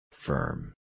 Firm